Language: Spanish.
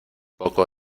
poco